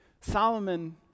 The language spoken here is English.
Solomon